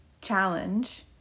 challenge